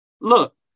look